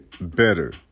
better